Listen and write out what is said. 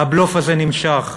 והבלוף הזה נמשך.